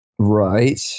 Right